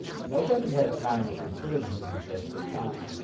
nobody had time for prisoners, at the time.